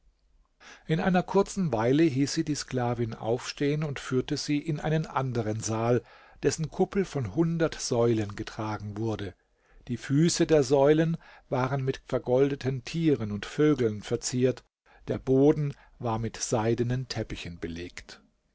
in einer kurzen weile hieß sie die sklavin aufstehen und führte sie in einen anderen saal dessen kuppel von hundert säulen getragen wurde die füße der säulen waren mit vergoldeten tieren und vögeln verziert der boden war mit seidenen teppichen belegt